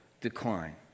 decline